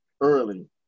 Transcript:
early